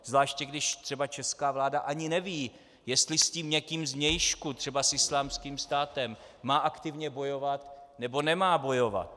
Zvláště když třeba česká vláda ani neví, jestli s tím někým zvnějšku, třeba s Islámským státem, má aktivně bojovat, nebo nemá bojovat.